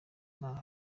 nta